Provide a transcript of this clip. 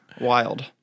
wild